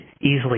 easily